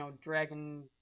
dragon